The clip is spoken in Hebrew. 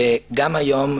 וגם היום,